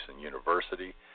University